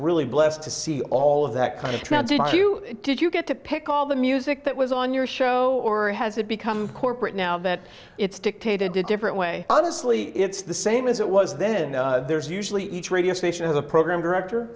really blessed to see all of that kind of transition to you did you get to pick all the music that was on your show or has it become corporate now that it's dictated to a different way obviously it's the same as it was then there's usually each radio station has a program director